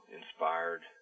inspired